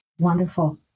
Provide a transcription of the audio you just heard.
Wonderful